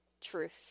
truth